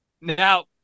Now